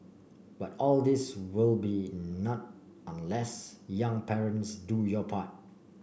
but all this will be nought unless young parents do your part